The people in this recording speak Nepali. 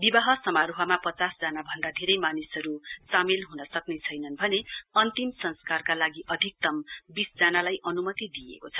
विवाह समारोहमा पचास जना भन्दा धेरै मानिसहरू सामेल हन सक्नेछनन् भने अन्तिम संस्कारका लागि अधिक्तम बीस जनालाई अनुमति दिइएको छ